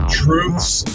truths